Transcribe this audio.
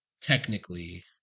technically